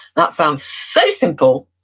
that sounds so simple,